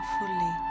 fully